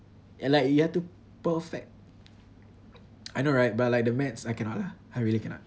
and like you have to perfect I know right but like the maths I cannot lah I really cannot